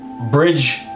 bridge